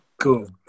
Cool